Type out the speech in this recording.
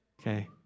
Okay